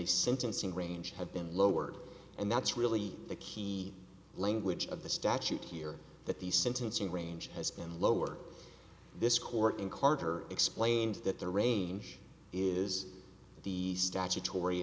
a sentencing range have been lowered and that's really the key language of the statute here that the sentencing range has been lowered this court in carver explained that the range is the statutory